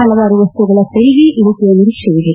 ಹಲವಾರು ವಸ್ತುಗಳ ತೆರಿಗೆ ಇಳಿಕೆಯ ನಿರೀಕ್ಷೆ ಇದೆ